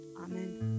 Amen